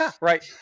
Right